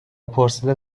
پرسیدن